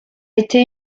été